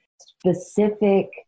specific